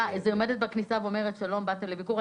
היא עומדת בכניסה ואומרת: "שלום, באתם לביקור"?